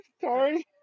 sorry